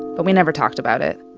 but we never talked about it.